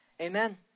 amen